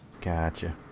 Gotcha